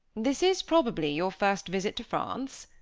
this is, probably, your first visit to france?